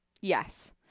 Yes